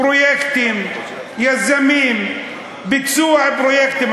פרויקטים, יזמים, ביצוע פרויקטים.